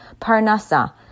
parnasa